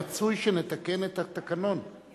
רצוי שנתקן את התקנון,